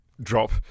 drop